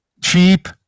cheap